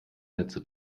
netze